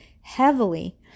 heavily